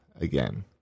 again